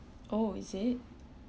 oh is it